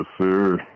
sir